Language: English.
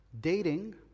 dating